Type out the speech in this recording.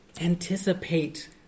anticipate